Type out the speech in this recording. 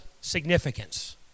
significance